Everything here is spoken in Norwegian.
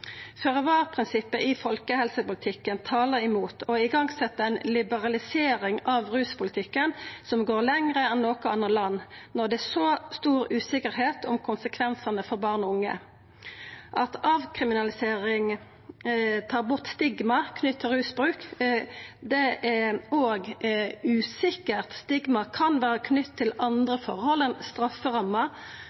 i folkehelsepolitikken talar imot å setja i gang ei liberalisering av ruspolitikken som går lenger enn i noko anna land, når det er så stor usikkerheit om konsekvensane for barn og unge. At avkriminalisering tar bort stigma knytt til rusbruk, er òg usikkert. Stigma kan vera knytt til andre forhold enn